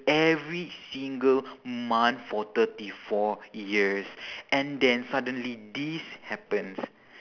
every single month for thirty four years and then suddenly this happens